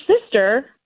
sister